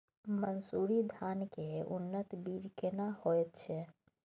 मन्सूरी धान के उन्नत बीज केना होयत छै?